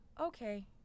Okay